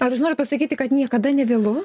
ar jūs norit pasakyti kad niekada nevėlu